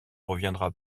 reviendra